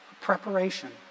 preparation